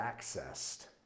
accessed